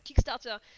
Kickstarter